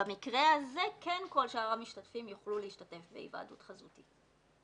במקרה הזה כן כל שאר המשתתפים יוכלו להשתתף בהיוועדות חזותית.